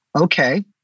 okay